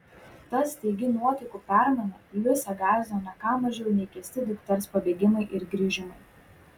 ta staigi nuotaikų permaina liusę gąsdino ne ką mažiau nei keisti dukters pabėgimai ir grįžimai